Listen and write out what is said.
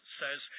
says